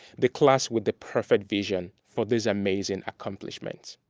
the class with the perfect vision for this amazing accomplishment.